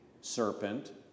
serpent